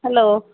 hello